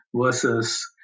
versus